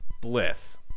Bliss